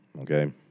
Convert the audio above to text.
okay